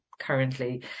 currently